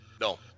No